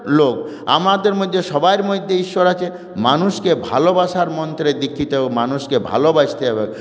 লোক আমাদের মধ্যে সবার মধ্যে ঈশ্বর আছে মানুষকে ভালোবাসার মন্ত্রে দীক্ষিত মানুষকে ভালোবাসতে হবে